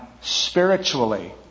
spiritually